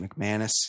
mcmanus